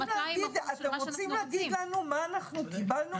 אתם רוצים להגיד לנו מה אנחנו קיבלנו?